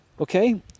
okay